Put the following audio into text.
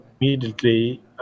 immediately